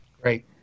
Great